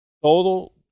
todo